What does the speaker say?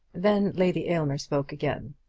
then lady aylmer spoke again.